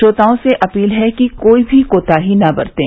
श्रोताओं से अपील है कि कोई भी कोताही न बरतें